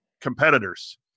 competitors